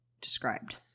described